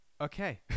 okay